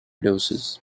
doses